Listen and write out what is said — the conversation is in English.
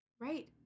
Right